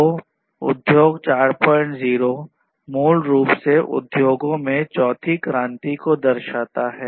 तो उद्योग 40 मूल रूप से उद्योगों में चौथी क्रांति को दर्शाता है